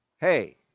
Hey